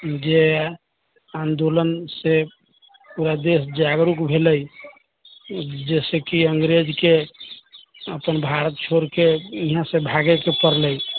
जे आन्दोलन से पूरा देश जागरूक भेलै जाहिसे कि अंग्रेजके अपन भारत छोड़ के यहाँ से भागे के पड़लै